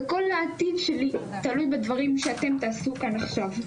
וכל העתיד שלי תלוי בדברים שאתם תעשו כאן עכשיו.